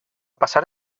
passar